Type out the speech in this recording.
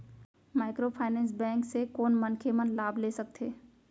Microfinance bank से कोन मनखे मन लाभ ले सकथे?